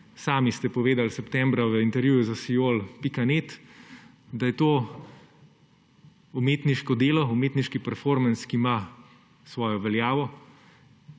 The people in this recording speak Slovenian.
sami ste povedali septembra v intervjuju za Siol.net, da je to umetniško delo, umetniški performans, ki ima svojo veljavo